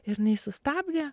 ir jinai sustabdė